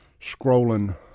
scrolling